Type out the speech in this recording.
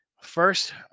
First